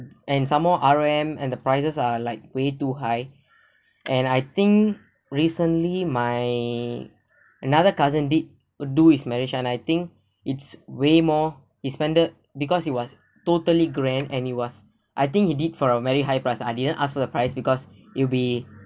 and some more R_M and the places are like way too high and I think recently my another cousin did would do is marriage and I think it's way more he spent a because it was totally grand and he was I think he did for a very high price I didn't ask for the price because it'll be